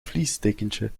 fleecedekentje